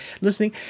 listening